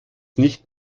nicht